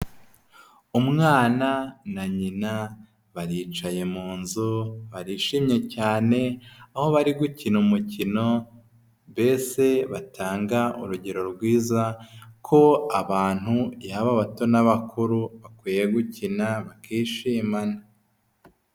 Umwana na nyina baricaye mu nzu barishimye cyane, aho bari gukina umukino mbese batanga urugero rwiza ko abantu, yaba abato n'abakuru bakwiye gukina bakishimana.